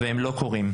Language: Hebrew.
והם לא קורים.